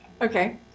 Okay